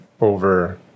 over